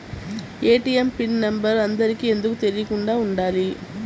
ATM PIN number అందరికి ఎందుకు తెలియకుండా ఉండాలి?